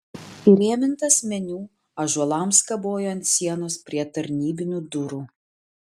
įrėmintas meniu ąžuolams kabojo ant sienos prie tarnybinių durų